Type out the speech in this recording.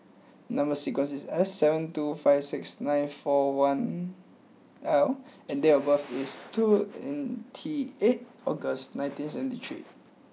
number sequence is S seven two five six nine four one L and date of birth is two twenty eight August nineteen seventy three